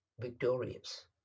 victorious